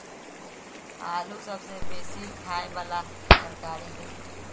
आलू सबसे बेशी ख़ाय बला तरकारी हइ